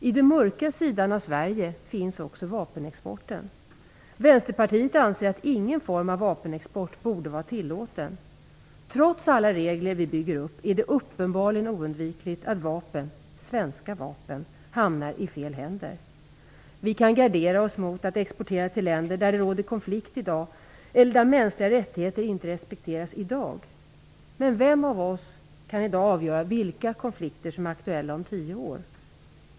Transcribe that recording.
I den mörka sidan av Sverige finns också vapenexporten. Vänsterpartiet anser att ingen form av vapenexport borde vara tillåten. Trots alla regler är det uppenbarligen oundvikligt att vapen, svenska vapen, hamnar i fel händer. Vi kan gardera oss mot att exportera till länder där det råder konflikt i dag eller där mänskliga rättigheter inte respekteras i dag. Men vem av oss kan i dag avgöra vilka konflikter som är aktuella om tio år?